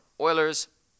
Oilers